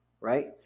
right